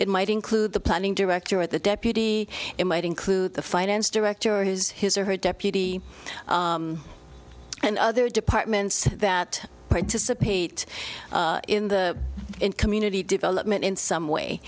it might include the planning director at the deputy it might include the finance director has his or her deputy and other departments that participate in the community development in some way